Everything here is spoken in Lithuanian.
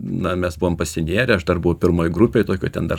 na mes buvom pasinėrę aš dar buvau pirmoj grupėj tokioj ten dar